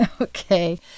Okay